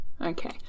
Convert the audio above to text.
Okay